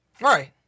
Right